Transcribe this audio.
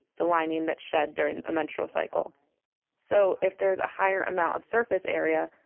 the lining that's shed during a menstrual cycle so if there is a higher amount of surface area,